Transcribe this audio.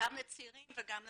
גם לצעירים וגם למבוגרים,